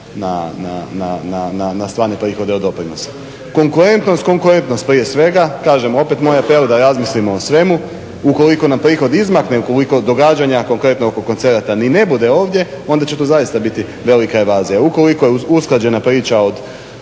na stvarne prihode od doprinosa. Konkurentnost, konkurentnost prije svega kažem opet moj prijedlog je da razmislimo o svemu. Ukoliko nam prihod izmakne ukoliko događanja konkretno oko koncerata ni ne bude ovdje onda će tu zaista biti velika evazija. Ukoliko je usklađena priča od